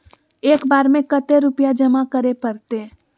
एक बार में कते रुपया जमा करे परते?